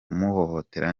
umuhohotera